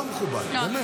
רון, זה לא מכובד, באמת.